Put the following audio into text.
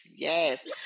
Yes